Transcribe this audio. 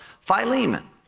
Philemon